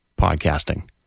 podcasting